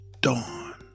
dawn